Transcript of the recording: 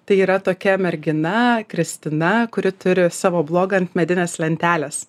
tai yra tokia mergina kristina kuri turi savo blogą ant medinės lentelės